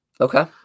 Okay